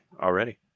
already